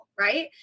right